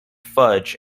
fudge